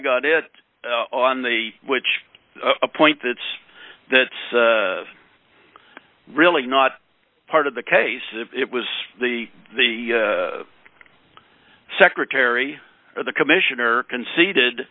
on it on the which a point that's that's really not part of the case it was the the secretary of the commissioner conceded